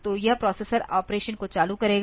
तो यह processor operation को चालू करेगा